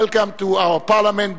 welcome to our Parliament,